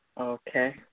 Okay